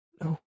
No